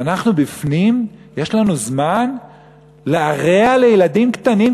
ואנחנו בפנים יש לנו זמן להרע לילדים קטנים,